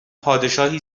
پادشاهی